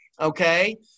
okay